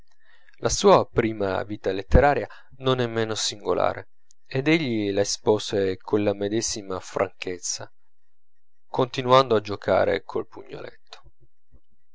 la sua prima vita letteraria non è meno singolare ed egli la espose colla medesima franchezza continuando a giocare col